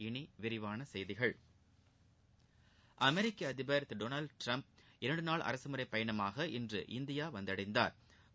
இனி விரிவான செய்திகள் அமெிக்க அதிபர் திரு டொனால்டு ட்டிரம்ப் இரண்டு நாள் அரசுமுறைப் பயணமாக இன்று இந்தியா வந்தடைந்தாா்